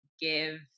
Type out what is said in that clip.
give